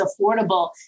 affordable